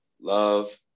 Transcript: love